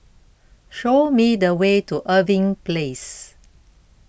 show me the way to Irving Place